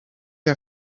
you